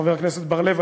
חבר הכנסת בר-לב,